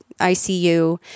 ICU